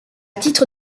titre